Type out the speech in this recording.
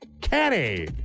Kenny